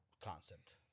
concept